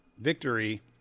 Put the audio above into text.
victory